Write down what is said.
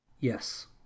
Yes